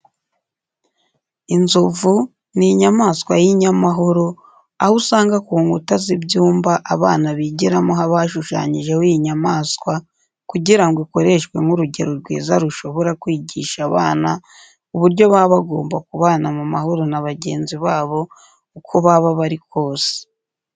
Inzovu ni inyamaswa y'inyamahoro, aho usanga ku nkuta z'ibyumba abana bigiramo haba hashushanyije iyi nyamaswa kugira ngo ikoreshwe nk'urugero rwiza rushobora kwigisha abana uburyo baba bagomba kubana mu mahoro na bagenzi babo, uko baba bari kose.